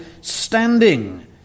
standing